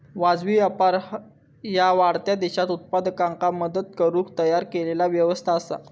वाजवी व्यापार ह्या वाढत्या देशांत उत्पादकांका मदत करुक तयार केलेला व्यवस्था असा